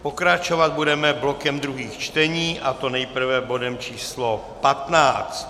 Pokračovat budeme blokem druhých čtení, a to nejprve bodem číslo 15.